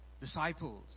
Disciples